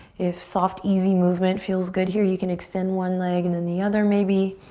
if soft, easy movement feels good here, you can extend one leg and then the other, maybe.